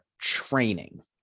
training